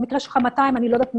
במקרה שלך, 200, אני לא יודעת.